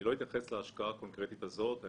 אני לא אתייחס להשקעה הקונקרטית הזאת.